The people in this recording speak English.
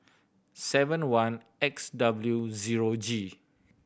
seven one X W zero G